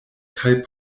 kaj